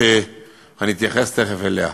שתכף אתייחס אליה.